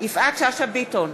יפעת שאשא ביטון,